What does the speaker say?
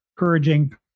encouraging